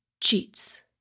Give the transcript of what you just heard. cheats